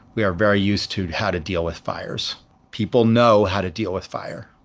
we are very used to how to deal with fires. people know how to deal with fire.